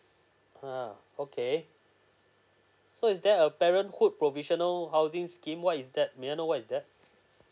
uh okay so is there a parenthood professional housing scheme what is that may I know what is that